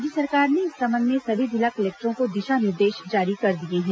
राज्य सरकार ने इस संबंध में सभी जिला कलेक्टरों को दिशा निर्देश जारी कर दिए हैं